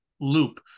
Loop